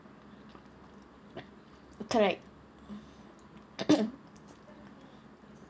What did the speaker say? correct